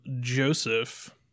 Joseph